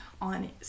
on